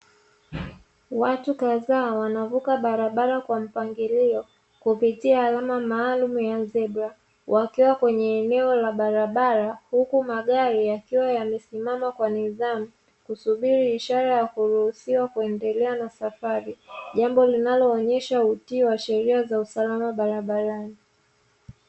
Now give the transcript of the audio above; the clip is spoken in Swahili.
Watu kadhaa wanavuka barabara kwa mpangilo, kupitia alama maalumu ya zebra, wakiwa kwenye eneo la barabara huku magari yakiwa yamesimama kwa nidhamu, kusubiri ishara ya kuruhusiwa kuendelea na safari, jambo linaloonyesha utii wa sheria za usalama barabarani.